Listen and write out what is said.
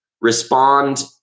respond